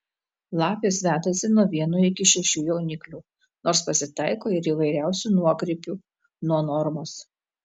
lapės vedasi nuo vieno iki šešių jauniklių nors pasitaiko ir įvairiausių nuokrypių nuo normos